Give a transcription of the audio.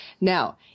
Now